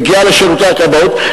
מגיעה לשירותי הכבאות.